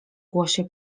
głosie